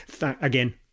Again